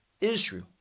Israel